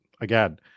again